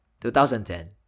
2010